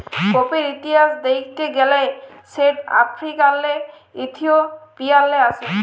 কফির ইতিহাস দ্যাখতে গ্যালে সেট আফ্রিকাল্লে ইথিওপিয়াল্লে আস্যে